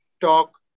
talk